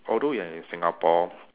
although you are in Singapore